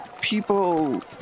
people